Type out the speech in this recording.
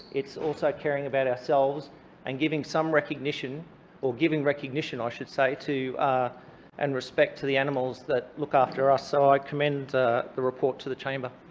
it's also caring about ourselves and giving some recognition or giving recognition, i ah should say, to and respect to the animals that look after us. so i commend the report to the chamber.